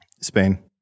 Spain